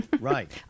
right